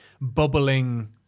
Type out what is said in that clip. bubbling